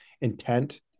intent